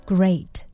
Great